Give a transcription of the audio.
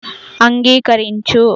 అంగీకరించు